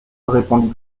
répondit